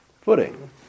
footing